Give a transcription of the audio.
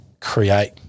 create